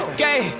gay